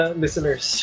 listeners